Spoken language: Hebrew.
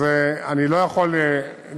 אז אני לא יכול להתמצא.